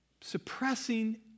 suppressing